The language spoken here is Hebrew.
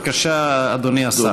בבקשה, אדוני השר.